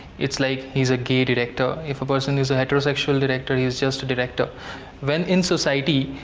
it's like he is a gay director if a person is a heterosexual director, he is just a director when in society,